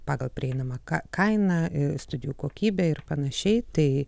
pagal prieinamą ka kainą studijų kokybę ir panašiai tai